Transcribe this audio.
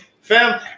Fam